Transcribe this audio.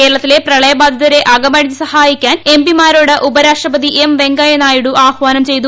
കേരളത്തിലെ പ്രളയബാധിതരെ അകമഴിഞ്ഞ് സഹായിക്കാൻ എം പിമാരോട് ഉപരാഷ്ട്രപതി എം വെങ്കയ്യ നായിഡു ആഹ്വാനം ചെയ്തു